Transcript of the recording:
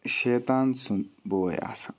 شیطان سُنٛد بوے آسان